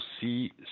see